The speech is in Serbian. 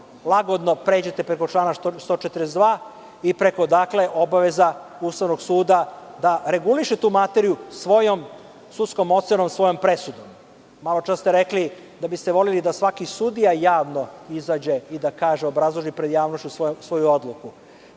lagodno pređete preko člana 142. i preko obaveza Ustavnog suda da reguliše tu materiju svojom sudskom ocenom, svojom presudom. Maločas ste rekli da biste voleli da svaki sudija javno izađe i da kaže, obrazloži pred javnošću svoju odluku.